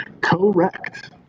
Correct